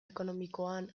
ekonomikoan